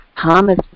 Thomas